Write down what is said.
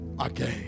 Again